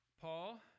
Paul